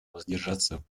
воздержаться